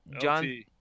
John